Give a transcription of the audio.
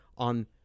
On